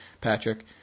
Patrick